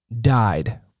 died